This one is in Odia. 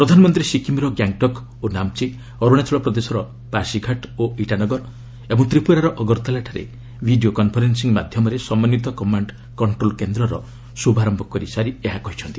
ପ୍ରଧାନମନ୍ତ୍ରୀ ସିକିମ୍ର ଗ୍ୟାଙ୍ଗଟକ୍ ଓ ନାମଚି ଅରୁଣାଚଳ ପ୍ରଦେଶ ପାଶିଘାଟ ଓ ଇଟାନଗର ଓ ତ୍ରିପୁରାର ଅଗରତାଲାଠାରେ ଭିଡିଓ କନ୍ଫରେନ୍ସିଂ ମାଧ୍ୟମରେ ସମନ୍ଧିତ କମାଣ୍ଡ କଣ୍ଟ୍ରୋଲ କେନ୍ଦ୍ରର ଶୁଭାରମ୍ଭ କରିସାରି ଏହା କହିଛନ୍ତି